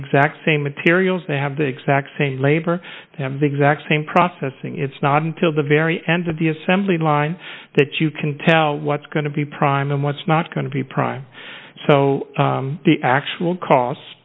exact same materials they have the exact same labor and the exact same processing it's not until the very end of the assembly line that you can tell what's going to be prime and what's not going to be prime so the actual costs